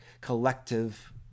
collective